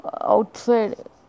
outside